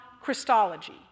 Christology